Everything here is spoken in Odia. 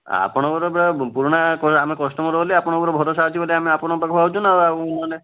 ଆପଣଙ୍କର ପୁରା ପୁରୁଣା ଆମେ କଷ୍ଟମର୍ ବୋଲି ଆପଣଙ୍କର ଭରସା ଅଛି ବୋଲି ଆମେ ଆପଣଙ୍କ ପାଖକୁ ଆସୁଛୁନା ଆଉ ମାନେ